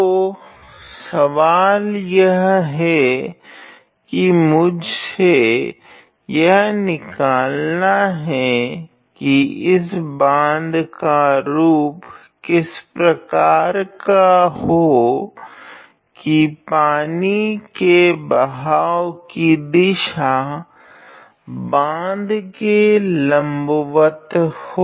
तो सवाल यह है की मुझे यह निकालना हे की इस बाँध का रूप किस प्रकार का हो की पानी के बहाव की दिशा बाँध के लम्बवत हो